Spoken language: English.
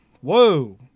whoa